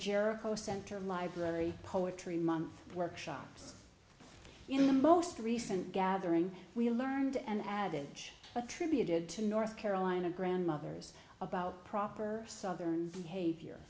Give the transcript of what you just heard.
jericho center library poetry month workshops in the most recent gathering we learned an adage attributed to north carolina grandmothers about proper southern havior